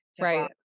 Right